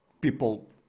people